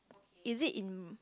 is it in